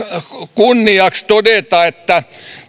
kunniaksi todeta että